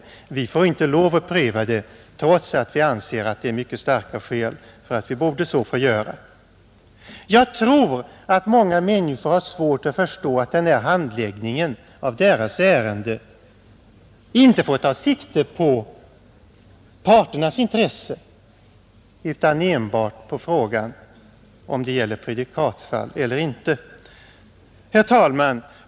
Regeringsrätten får inte lov att pröva ärendet trots att den anser att det finns mycket starka skäl för att göra det. Jag tror att många människor har svårt att förstå att den här handläggningen av deras ärenden inte får ta sikte på parternas intresse utan enbart på frågan om det gäller prejudikatsfall eller inte. Herr talman!